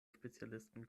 spezialisten